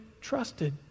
trusted